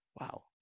wow